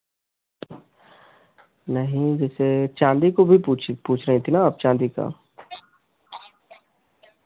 नहीं जैसे चाँदी को भी पूछी पूछ रही थी ना आप चाँदी का